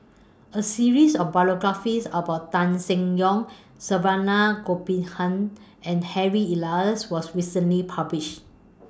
A series of biographies about Tan Seng Yong Saravanan Gopinathan and Harry Elias was recently published